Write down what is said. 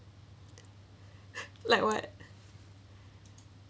like what